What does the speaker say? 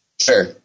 Sure